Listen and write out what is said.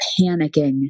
panicking